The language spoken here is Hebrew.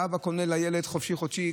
האבא קונה לילד חודשי-חופשי,